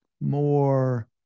more